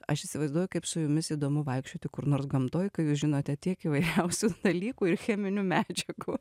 aš įsivaizduoju kaip su jumis įdomu vaikščioti kur nors gamtoj kai jūs žinote tiek įvairiausių dalykų ir cheminių medžiagų